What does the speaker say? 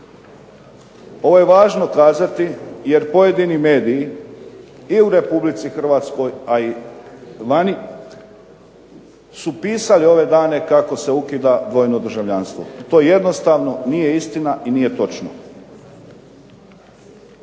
Ovo je važno kazati jer pojedini mediji i u Republici Hrvatskoj, a i vani su pisali ove dane kako se ukida dvojno državljanstvo. To jednostavno nije istina i nije točno.